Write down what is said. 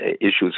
issues